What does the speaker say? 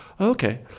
Okay